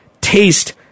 taste